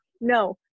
no